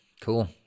Cool